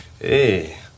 Hey